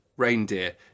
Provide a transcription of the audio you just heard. Reindeer